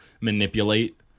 manipulate